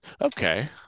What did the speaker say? Okay